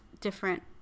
different